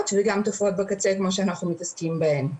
וגם תופעות בקצה כמו שאנחנו מתעסקים בהם.